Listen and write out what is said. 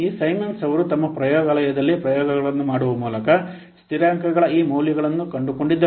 ಈ ಸೈಮನ್ಸ್ ಅವರು ತಮ್ಮ ಪ್ರಯೋಗಾಲಯದಲ್ಲಿ ಪ್ರಯೋಗಗಳನ್ನು ಮಾಡುವ ಮೂಲಕ ಸ್ಥಿರಾಂಕಗಳ ಈ ಮೌಲ್ಯಗಳನ್ನು ಕಂಡುಕೊಂಡಿದ್ದರು